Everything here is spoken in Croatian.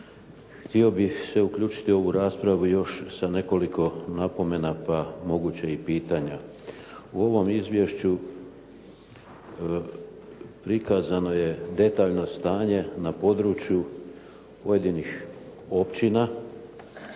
Htio bih se uključiti u ovu raspravu još sa nekoliko napomena, pa moguće i pitanja. U ovom izvješću prikazano je detaljno stanje na području pojedinih općina,